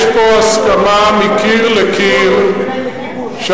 הוא התכוון להתנחלות,